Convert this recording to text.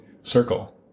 circle